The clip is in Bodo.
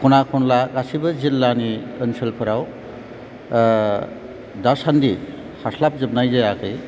ख'ना खनला गासैबो जिल्लानि ओनसोलफोराव दासान्दि हास्लाबजोबनाय जायाखै